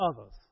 others